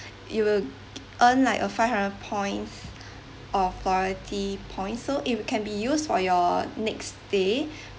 you will earn like a five hundred points of variety points so it can be used for your next stay